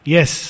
Yes